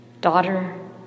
Daughter